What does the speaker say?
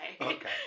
okay